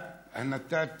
אתה נתת